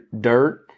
dirt